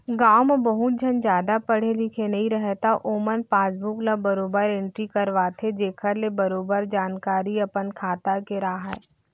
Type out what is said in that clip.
गॉंव म बहुत झन जादा पढ़े लिखे नइ रहयँ त ओमन पासबुक ल बरोबर एंटरी करवाथें जेखर ले बरोबर जानकारी अपन खाता के राहय